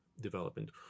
development